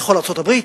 בכל ארצות-הברית,